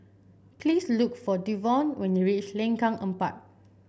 please look for Devaughn when you reach Lengkok Empat